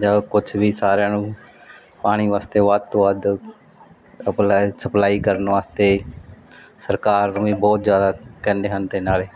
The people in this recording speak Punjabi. ਜਾਂ ਕੁਛ ਵੀ ਸਾਰਿਆਂ ਨੂੰ ਪਾਣੀ ਵਾਸਤੇ ਵੱਧ ਤੋਂ ਵੱਧ ਅਪਲਾਈ ਸਪਲਾਈ ਕਰਨ ਵਾਸਤੇ ਸਰਕਾਰ ਨੂੰ ਵੀ ਬਹੁਤ ਜ਼ਿਆਦਾ ਕਹਿੰਦੇ ਹਨ ਅਤੇ ਨਾਲੇ